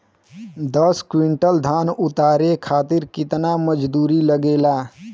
दस क्विंटल धान उतारे खातिर कितना मजदूरी लगे ला?